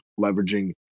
leveraging